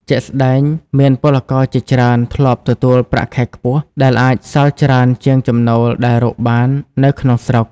ជាក់ស្ដែងមានពលករជាច្រើនធ្លាប់ទទួលប្រាក់ខែខ្ពស់ ដែលអាចសល់ច្រើនជាងចំណូលដែលរកបាននៅក្នុងស្រុក។